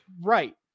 Right